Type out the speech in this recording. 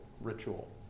ritual